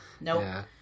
nope